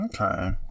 Okay